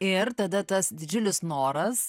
ir tada tas didžiulis noras